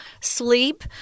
sleep